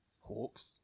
Hawks